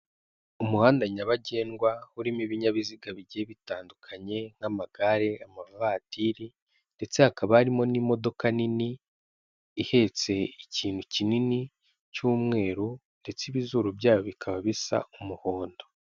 Umuhanda nyabagendwa urimo ibinyabiziga bigiye bitandukanye nk'amagare, amavatiri ndetse hakaba harimo n'imodoka nini, ihetse ikintu kinini cy'umweru ndetse ibizuru byayo bikaba bisa umuhondo.